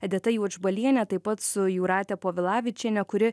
edita juodžbaliene taip pat su jūrate povilavičiene kuri